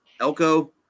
Elko